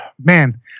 man